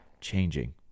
changing